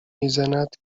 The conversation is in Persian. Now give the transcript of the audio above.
میزند